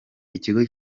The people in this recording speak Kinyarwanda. ikigo